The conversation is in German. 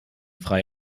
frei